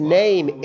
name